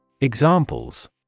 Examples